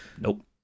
Nope